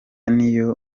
niyo